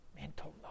Mental